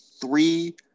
three